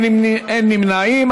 אין נמנעים,